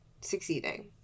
succeeding